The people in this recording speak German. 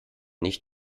nicht